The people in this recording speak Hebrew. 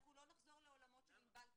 אנחנו לא נחזור לעולמות של ענבל כמבטחת.